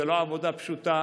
זו לא עבודה פשוטה.